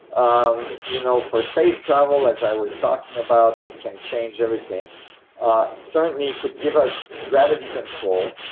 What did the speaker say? um you know for space travel as i was talking about, it can change everything certainly, it could give us gravity control,